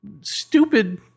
stupid